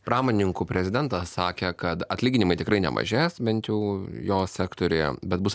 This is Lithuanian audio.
pramonininkų prezidentas sakė kad atlyginimai tikrai nemažės bent jau jo sektoriuje bet bus